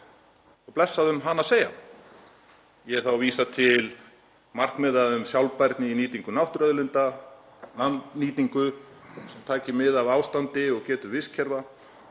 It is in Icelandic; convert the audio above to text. og blessað. Ég er þá að vísa til markmiða um sjálfbærni í nýtingu náttúruauðlinda, landnýtingu sem taki mið af ástandi og getu vistkerfa,